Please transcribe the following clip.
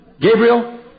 Gabriel